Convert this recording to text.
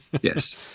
Yes